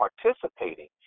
participating